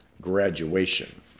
graduation